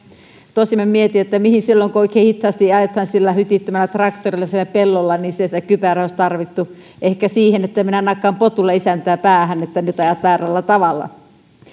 tosin mietin että mihin silloin kun oikein hitaasti ajetaan sillä hytittömällä traktorilla siellä pellolla siellä kypärää olisi tarvittu ehkä siihen että minä nakkaan potulla isäntää päähän että nyt ajat väärällä tavalla